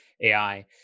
AI